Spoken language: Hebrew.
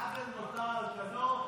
העוול נותר על כנו.